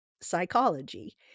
psychology